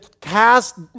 cast